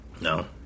No